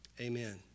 amen